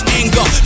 anger